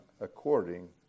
according